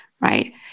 right